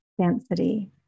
density